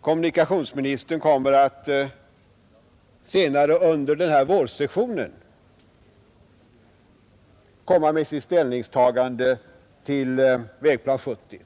kommunikationsministern senare under denna vårsession kommer med sitt ställningstagande till Vägplan 1970.